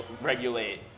regulate